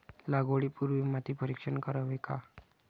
लागवडी पूर्वी माती परीक्षण करावे का?